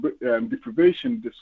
deprivation